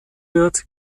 wird